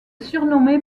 surnommé